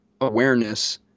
awareness